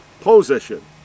position